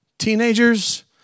Teenagers